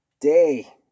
day